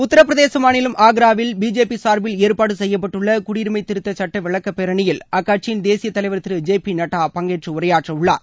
உத்தரப்பிரதேச மாநிலம் ஆக்ராவில் பிஜேபி சார்பில் ஏற்பாடு செய்யப்பட்டுள்ள குடியுரிமை திருத்தச் சுட்ட விளக்கப் பேரணியில் அக்கட்சியின் தேசிய தலைவர் திரு ஜே பி நட்டா பங்கேற்று உரையாற்ற உள்ளார்